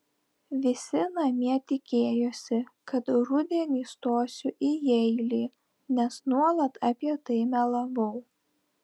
visi namie tikėjosi kad rudenį stosiu į jeilį nes nuolat apie tai melavau